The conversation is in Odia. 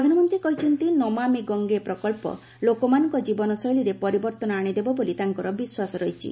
ପ୍ରଧାନମନ୍ତ୍ରୀ କହିଛନ୍ତି ନମାମି ଗଙ୍ଗେ ପ୍ରକଳ୍ପ ଲୋକମାନଙ୍କ ଜୀବନ ଶୈଳୀରେ ପରିବର୍ତ୍ତନ ଆଶିଦେବ ବୋଲି ତାଙ୍କର ବିଶ୍ୱାସ ରହିଛି